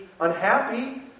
unhappy